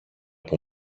που